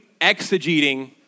exegeting